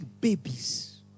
babies